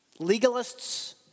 legalists